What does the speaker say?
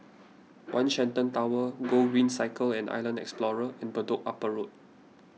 one Shenton Tower Gogreen Cycle and Island Explorer and Upper Bedok Road